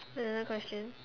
another question